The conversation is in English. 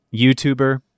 YouTuber